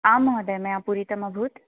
आं महोदय मया पूरितमभूत्